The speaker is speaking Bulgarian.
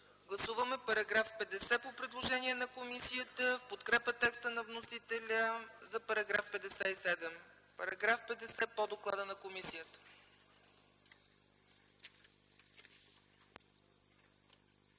Гласуваме § 50 по предложение на комисията в подкрепа текста на вносителя за § 57. Параграф 50 по доклада на комисията.